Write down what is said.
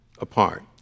apart